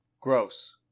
gross